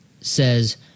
says